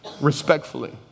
Respectfully